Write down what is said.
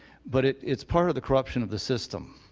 but it's it's part of the corruption of the system.